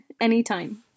Anytime